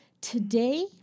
Today